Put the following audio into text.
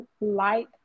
light